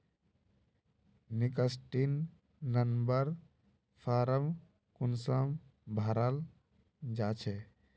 Sixteen number form कुंसम भराल जाछे?